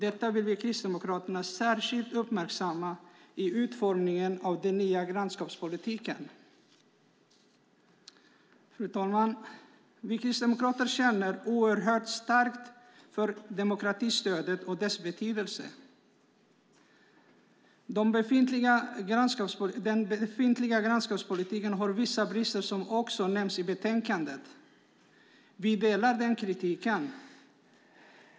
Det vill vi kristdemokrater särskilt uppmärksamma i utformningen av den nya grannskapspolitiken. Fru talman! Vi kristdemokrater känner oerhört starkt för demokratistödet och dess betydelse. Den befintliga grannskapspolitiken har vissa brister som också nämns i betänkandet. Vi delar den kritiken.